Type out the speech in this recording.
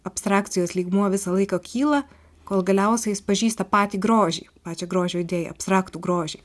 abstrakcijos lygmuo visą laiką kyla kol galiausiai jis pažįsta patį grožį pačią grožio idėją abstraktų grožį